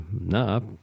No